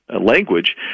language